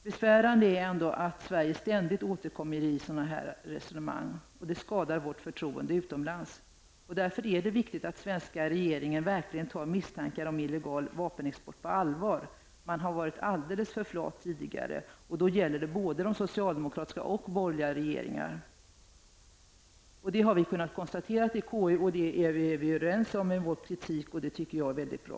Besvärande är dock att Sverige ständigt återkommer i sådana här sammanhang. Det skadar vårt förtroende utomlands. Därför är det viktigt att den svenska regeringen verkligen tar misstankar om illegal vapenexport på allvar. Man har tidigare varit alldeles för flat. Det gäller både de socialdemokratiska och de borgerliga regeringarna. Vi har kunnat konstatera detta i konstitutionsutskottet. Vi är överens i vår kritik, och det tycker jag är mycket bra.